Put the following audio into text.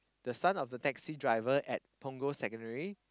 the son of the taxi driver at Punggol secondary